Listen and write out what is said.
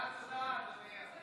תודה, תודה, אדוני.